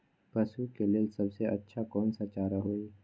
पशु के लेल सबसे अच्छा कौन सा चारा होई?